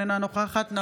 אינה נוכחת אלעזר שטרן,